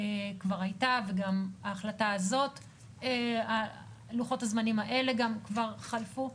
כבר הייתה, וגם לוחות הזמנים האלה כבר חלפו.